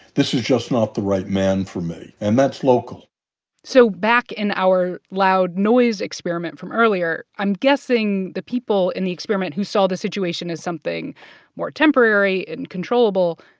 this is just not the right man for me and that's local so back in our loud noise experiment from earlier, i'm guessing the people in the experiment who saw the situation as something more temporary and controllable,